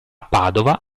padova